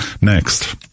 next